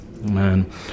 Man